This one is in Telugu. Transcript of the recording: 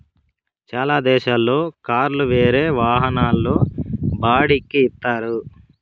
చాలా దేశాల్లో కార్లు వేరే వాహనాల్లో బాడిక్కి ఇత్తారు